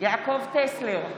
יעקב טסלר,